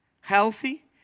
healthy